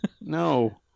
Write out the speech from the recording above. No